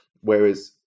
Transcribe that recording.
whereas